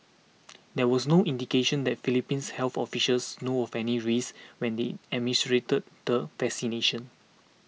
there was no indication that Philippines health officials know of any risks when they administered the vaccination